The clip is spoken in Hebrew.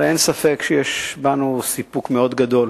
הרי אין ספק שיש בנו סיפוק מאוד גדול